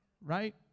Right